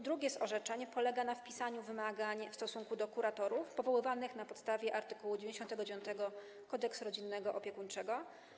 Drugie z orzeczeń polega na wpisaniu wymagań w stosunku do kuratorów powoływanych na podstawie art. 99 Kodeksu rodzinnego i opiekuńczego.